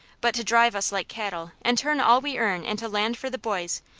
but to drive us like cattle, and turn all we earn into land for the boys,